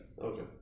Okay